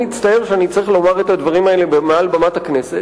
היא נכונה בכל המקומות